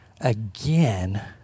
again